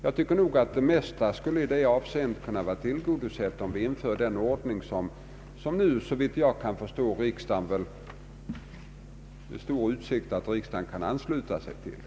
Jag tycker nog att man skulle tillgodose de intressen som kan finnas, om den ordning införs som det nu, såvitt jag kan förstå, finns stora utsikter att riksdagen bestämmer sig för.